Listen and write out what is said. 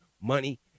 money